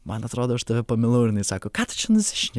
man atrodo aš tave pamilau ir jinai sako ką tu čia nusišne